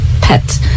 pet